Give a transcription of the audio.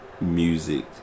music